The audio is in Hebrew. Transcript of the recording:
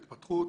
ההתפתחות,